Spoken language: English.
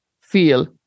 feel